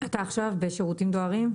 אתה עכשיו בשירותים דואריים?